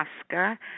Oscar